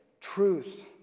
truth